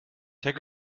take